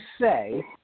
say